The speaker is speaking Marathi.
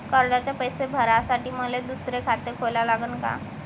कर्जाचे पैसे भरासाठी मले दुसरे खाते खोला लागन का?